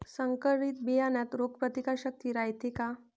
संकरित बियान्यात रोग प्रतिकारशक्ती रायते का?